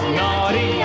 naughty